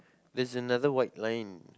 there's another white line